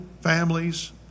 families